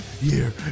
year